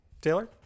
Taylor